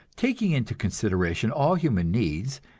taking into consideration all human needs,